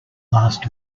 last